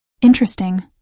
Interesting